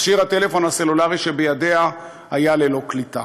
ומכשיר הטלפון הסלולרי שבידיה היה ללא קליטה.